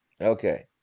Okay